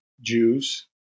Jews